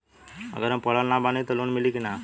अगर हम पढ़ल ना बानी त लोन मिली कि ना?